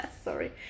Sorry